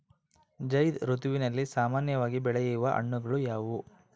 ಝೈಧ್ ಋತುವಿನಲ್ಲಿ ಸಾಮಾನ್ಯವಾಗಿ ಬೆಳೆಯುವ ಹಣ್ಣುಗಳು ಯಾವುವು?